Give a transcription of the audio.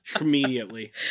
immediately